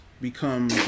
become